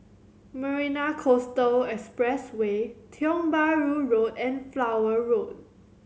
Marina Coastal Expressway Tiong Bahru Road and Flower Road